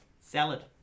salad